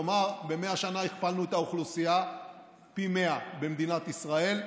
כלומר ב-100 שנה הכפלנו את האוכלוסייה פי 100 במדינת ישראל,